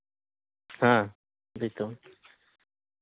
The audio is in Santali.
ᱦᱮᱸ ᱞᱟᱹᱭ ᱢᱮ